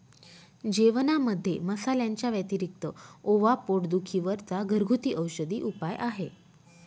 जेवणामध्ये मसाल्यांच्या व्यतिरिक्त ओवा पोट दुखी वर चा घरगुती औषधी उपाय आहे